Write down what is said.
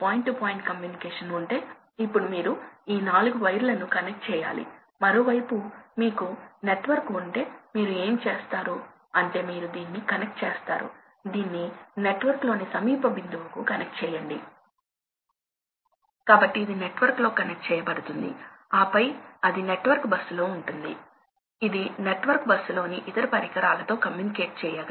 flow pulsations వల్ల ఇవి అరుదుగా ఉపయోగిస్తారుఈ రకమైన ఫ్యాన్స్ సాధారణంగా ఇండస్ట్రీ ప్రక్రియల కోసం ఉపయోగిస్తారని మీకు తెలుసు కంబషన్ వంటి వాటి కోసం మేము వాటిని కూలింగ్ కోసం ఉపయోగిస్తాము కాబట్టి ఫర్నస్ లో ఏమి జరుగుతుంది కొంతసమయం అకస్మాత్తుగా చాలా గాలి వస్తుంది కాబట్టి చాలా గాలి వచ్చినప్పుడు అక్కడ మనము ఫ్యూయల్ ఇస్తున్నాము మరియు గాలి ఇస్తున్నాము